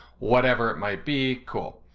whatever it might be, cool.